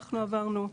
שאנחנו עברנו.